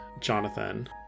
Jonathan